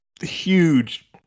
huge